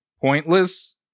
pointless